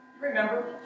Remember